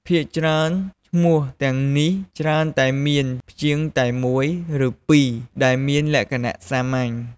ភាគច្រើនឈ្មោះទាំងនេះច្រើនតែមានព្យាង្គតែមួយ ឬពីរ ហើយមានលក្ខណៈសាមញ្ញ។